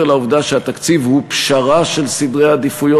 לעובדה שהתקציב הוא פשרה של סדרי עדיפויות,